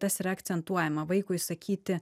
tas yra akcentuojama vaikui sakyti